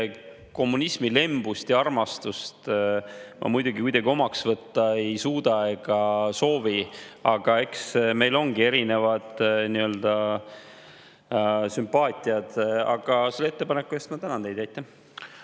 kommunismilembust ja -armastust ma muidugi kuidagi omaks võtta ei suuda ega soovi, aga eks meil ongi erinevad sümpaatiad. Aga selle ettepaneku eest ma tänan teid.